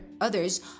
others